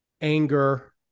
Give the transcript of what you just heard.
anger